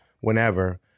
whenever